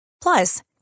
Plus